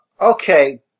Okay